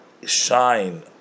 Shine